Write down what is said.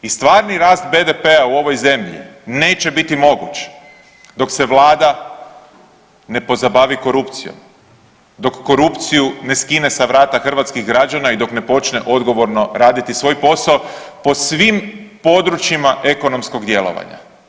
I stvarni rast BDP-a neće biti moguć dok se vlada ne pozabavi korupcijom, dok korupciju ne skine s vrata hrvatskih građana i dok ne počne odgovorno raditi svoj posao po svim područjima ekonomskog djelovanja.